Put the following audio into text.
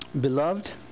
Beloved